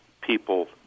people –